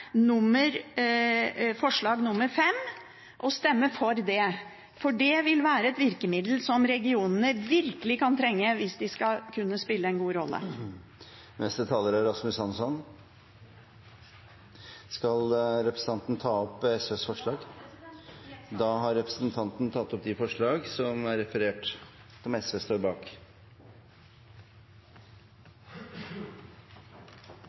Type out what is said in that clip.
regionene virkelig kan trenge hvis de skal kunne spille en god rolle. Skal representanten ta opp SVs forslag nr. 13? Ja, det skal jeg. Da har representanten Karin Andersen tatt opp det forslaget som SV har satt frem. En samfunnsutvikling som